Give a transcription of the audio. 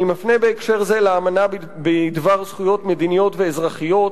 אני מפנה בהקשר זה לאמנה בדבר זכויות מדיניות ואזרחיות,